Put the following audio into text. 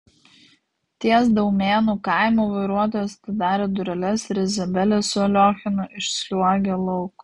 ties daumėnų kaimu vairuotojas atidarė dureles ir izabelė su aliochinu išsliuogė lauk